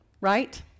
right